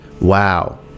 wow